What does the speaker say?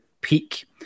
peak